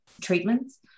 treatments